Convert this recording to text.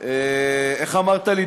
איך אמרת לי,